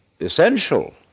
essential